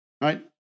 right